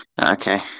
Okay